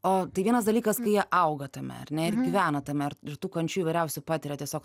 o tai vienas dalykas kai jie augo tame ar ne ir gyvena tame ir tų kančių įvairiausių patiria tiesiog